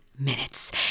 minutes